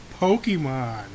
Pokemon